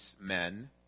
men